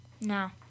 No